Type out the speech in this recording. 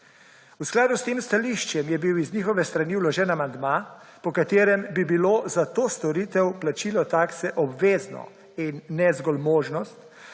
V skladu s tem stališčem je bil iz njihove strani vložen amandma, po katerem bi bilo za to storitev plačilo takse obvezno in ne zgolj možnost,